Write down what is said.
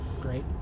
great